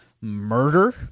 murder